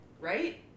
Right